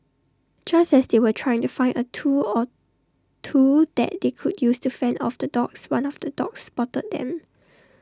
just as they were trying to find A tool or two that they could use to fend off the dogs one of the dogs spotted them